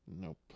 Nope